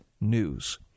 news